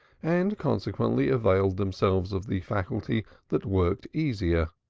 and consequently availed themselves of the faculty that worked easier.